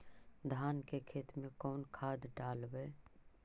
धान के खेत में कौन खाद डालबै?